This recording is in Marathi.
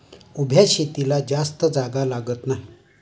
उभ्या शेतीला जास्त जागा लागत नाही